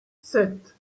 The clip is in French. sept